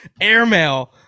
airmail